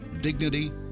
dignity